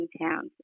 towns